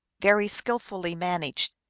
very skillfully man aged.